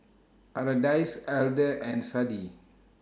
Ardyce Elder and Sadie